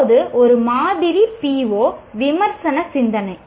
இப்போது ஒரு மாதிரி PO விமர்சன சிந்தனை